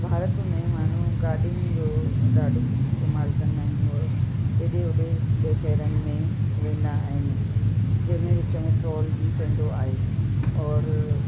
भारत में माण्हू गाॾियुनि जो ॾाढो इस्तेमालु कंदा आहिनि उअ एॾे ओॾे ॿे शहरनि में वेंदा आहिनि जंहिंमें विच में टोल बि पंवंदो आहे और